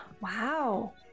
Wow